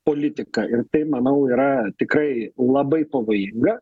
politiką ir tai manau yra tikrai labai pavojinga